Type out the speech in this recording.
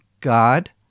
God